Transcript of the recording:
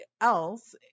else